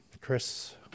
Chris